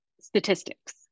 statistics